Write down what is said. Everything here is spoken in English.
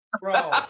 Bro